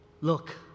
Look